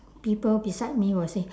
people beside me will say